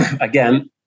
again